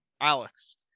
alex